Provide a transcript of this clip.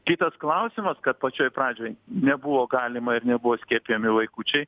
kitas klausimas kad pačioj pradžioj nebuvo galima ir nebuvo skiepijami vaikučiai